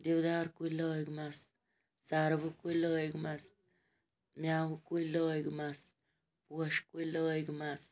دِودار کُلۍ لٲگۍمَس سَروٕ کُلۍ لٲگۍمَس مٮ۪وٕ کُلۍ لٲگۍمَس پوشہٕ کُلۍ لٲگۍمَس